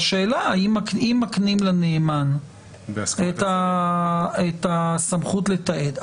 השאלה היא אם מקנים לנאמן את הסמכות לתעד,